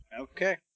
okay